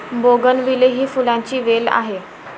bougainvillea ही फुलांची वेल आहे